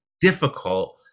difficult